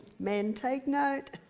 men take note,